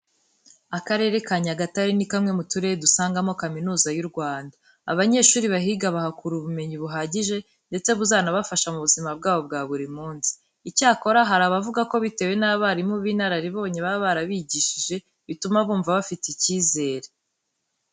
Akarere ka Nyagatare ni kamwe mu turere dusangamo Kaminuza y'u Rwanda. Abanyeshuri bahiga bahakura ubumenyi buhagije, ndetse buzanabafasha mu buzima bwabo bwa buri munsi. Icyakora hari abavuga ko bitewe n'abarimu b'inararibonye baba barabigishije bituma bumva bafite icyizere.